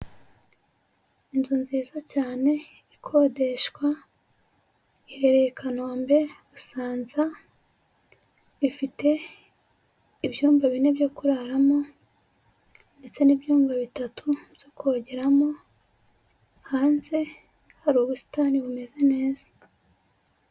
Inzu nziza cyane ikodeshwa iherereye i Kanombe Busanza, ifite ibyumba bine byo kuraramo ndetse n'ibyumba bitatu byo kogeramo, hanze hari ubusitani bumeze neza.